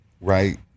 right